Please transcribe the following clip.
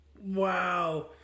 wow